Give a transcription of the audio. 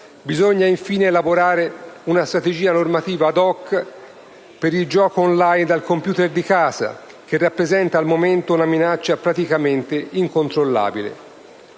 Bisogna infine elaborare una strategia normativa *ad hoc* per il gioco *on line* dal *computer* di casa, che rappresenta al momento una minaccia praticamente incontrollabile.